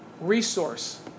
resource